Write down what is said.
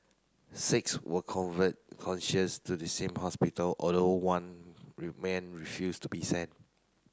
six were convert conscious to the same hospital although one remain refused to be sent